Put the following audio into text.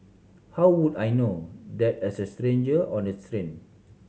how would I know that as a stranger on the train